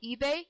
eBay